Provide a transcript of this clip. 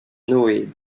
noé